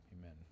amen